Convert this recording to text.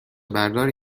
برداری